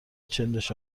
چندش